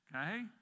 Okay